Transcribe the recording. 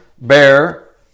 bear